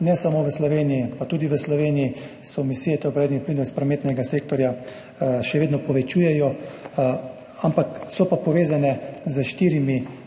ne samo v Sloveniji, pa tudi v Sloveniji, se emisije toplogrednih plinov iz prometnega sektorja še vedno povečujejo, so pa povezane s štirimi